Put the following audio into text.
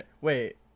Wait